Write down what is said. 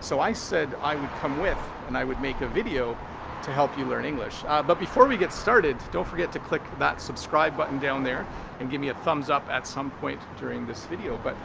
so i said i would come with and i would make a video to help you learn english. ah but before we get started, don't forget to click that subscribe button down there and give me a thumbs up at some point during this video. but